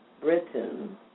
Britain